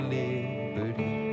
liberty